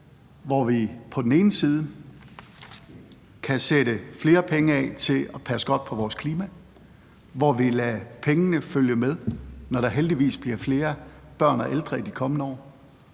hvor vi på den ene side kan sætte flere penge af til at passe godt på vores klima; hvor vi lader pengene følge med, når der heldigvis bliver flere børn og ældre i de kommende år;